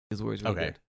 Okay